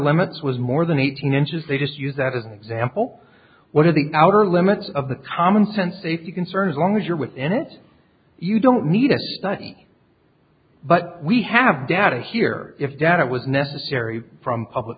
limits was more than eighteen inches they just use that as an example what are the outer limits of the commonsense safety concern as long as you're within it you don't need a study but we have data here if data was necessary from public